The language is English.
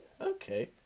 Okay